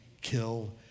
kill